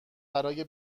برای